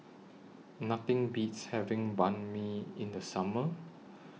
Nothing Beats having Banh MI in The Summer